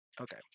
Okay